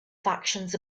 factions